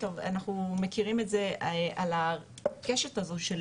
אנחנו מכירים את זה על הקשת הזאת של